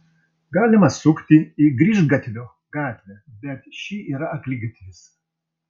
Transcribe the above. galima sukti į grįžgatvio gatvę bet ši yra akligatvis